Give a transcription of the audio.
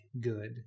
good